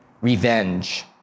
revenge